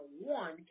one